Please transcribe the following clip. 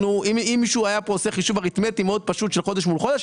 אם מישהו היה עושה פה חישוב אריתמטי מאוד פשוט של חודש מול חודש,